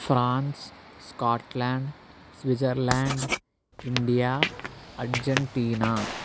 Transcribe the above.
France Scotland Switzerland India Argentina